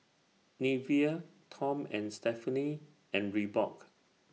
Nivea Tom and Stephanie and Reebok